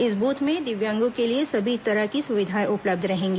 इस बूथ में दिव्यांगों के लिए सभी तरह की सुविधाएं उपलब्ध रहेंगी